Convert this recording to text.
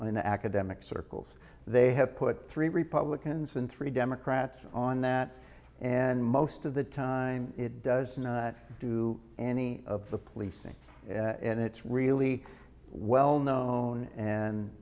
in academic circles they have put three republicans and three democrats on that and most of the time it does not do any of the policing and it's really well known and